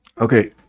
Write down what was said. Okay